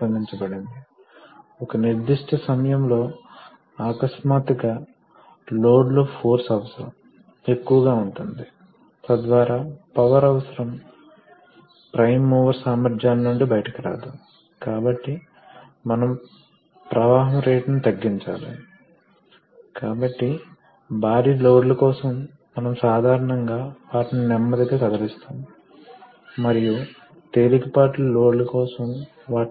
కాబట్టి ఇప్పుడు A2 A1 నిష్పత్తి 100 అయితే ఒక చివర 1 కిలో F ఫోర్స్ ని ప్రయోగించడం ద్వారా మరొక చివర 100 కిలోల F ఫోర్స్ ని సృష్టించాము కాబట్టి ఈ సూత్రాన్ని ఉపయోగించి ఇది కొంతవరకు ద్రవ లివర్ లాగా ఫుల్క్రమ్ కారణంగా మనం ఒక చివర ఒక చిన్న ఫోర్స్ ని వర్తింపజేస్తే మూమెంట్ సమతుల్యత కారణంగా మరొక చివరలో ఎక్కువ భారాన్ని ఎత్తగలమని గుర్తుంచుకోండి కాబట్టి ఇక్కడ కూడా ప్రెషర్ సమతుల్యత